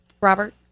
Robert